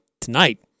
tonight